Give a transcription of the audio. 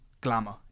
glamour